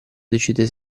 decide